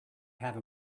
have